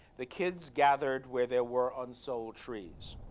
the kids gathered where there were unsold trees.